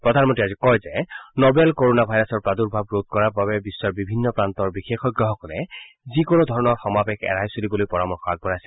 প্ৰধানমন্নীয়ে আজি কয় যে নৱেল কৰোণা ভাইৰাছৰ প্ৰাদুৰ্ভাৱ ৰোধ কৰাৰ বাবে বিশ্বৰ বিভিন্ন প্ৰান্তৰ বিশেষজ্ঞসকলে যিকোনো ধৰণৰ সমাৱেশ এৰাই চলিবলৈ পৰামৰ্শ আগবঢ়াইছে